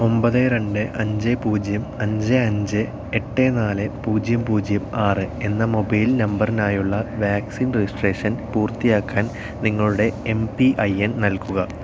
ഒമ്പത് രണ്ട് അഞ്ച് പൂജ്യം അഞ്ച് അഞ്ച് എട്ട് നാല് പൂജ്യം പൂജ്യം ആറ് എന്ന മൊബൈൽ നമ്പറിനായുള്ള വാക്സിൻ രജിസ്ട്രേഷൻ പൂർത്തിയാക്കാൻ നിങ്ങളുടെ എം പി ഐ എൻ നൽകുക